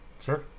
sure